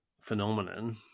phenomenon